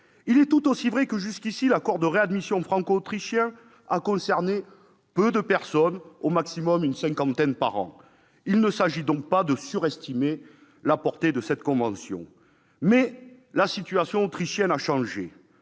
Il est tout aussi vrai que, jusqu'ici, l'accord de réadmission franco-autrichien a concerné peu de personnes, au maximum une cinquantaine par an. Il ne s'agit donc pas de surestimer la portée de cette convention. Toutefois, la situation autrichienne a changé.